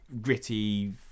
gritty